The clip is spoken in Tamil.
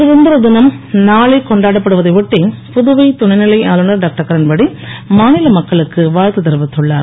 சுதந்திர தினம் நாளை கொண்டாடப்படுவதை ஒட்டி புதுவை துணைநிலை ஆளுனர் டாக்டர் கிரண்பேடி மாநில மக்களுக்கு வாழ்த்து தெரிவித்துள்ளார்